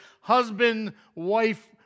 husband-wife